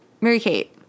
Mary-Kate